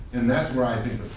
and that's where i think